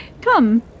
come